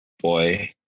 boy